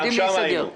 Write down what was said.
גם שם היינו.